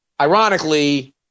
Ironically